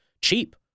cheap